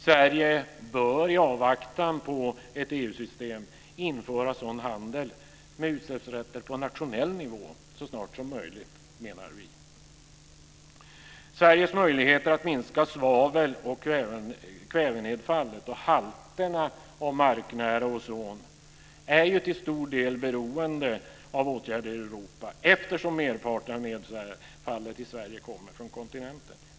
Sverige bör i avvaktan på ett EU-system införa sådan handel med utsläppsrätter på nationell nivå så snart som möjligt, menar vi. Sveriges möjligheter att minska svavel och kvävenedfall och halterna av marknära ozon är till stor del beroende av åtgärder i Europa, eftersom merparten av nedfallet i Sverige kommer från kontinenten.